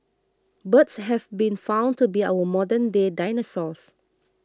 birds have been found to be our modernday dinosaurs